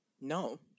No